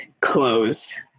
close